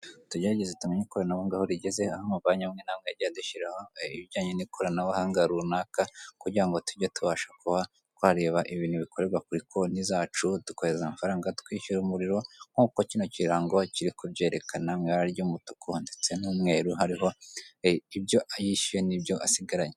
Kugerageze tumenye ikoranabuhanga rigeze aho amabanki amwe namwe yagiye adushyiraho ibijyanye n'ikoranabuhanga runaka kugira ngo tujye tubasha kuba twareba ibintu bikorerwa kuri konti zacu tukaheza amafaranga twishyura umuriro nkukouko kino kirango kiri kubyerekana mu ibara ry'umutuku ndetse n'umweru hariho ibyo ayishyuye n'ibyo asigaranye.